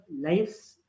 lives